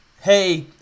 hey